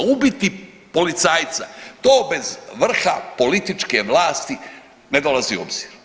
Ubiti policajca to bez vrha političke vlasti ne dolazi u obzir.